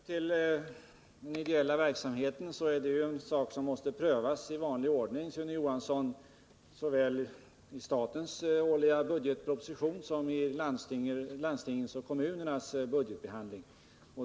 Herr talman! Stödet till den ideella verksamheten måste prövas i vanlig ordning såväl i statens årliga budgetproposition som vid landstingens och kommunernas budgetbehandling.